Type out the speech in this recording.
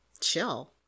chill